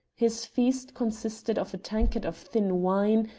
his feast consisted of a tankard of thin wine,